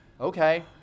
Okay